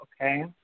okay